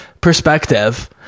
perspective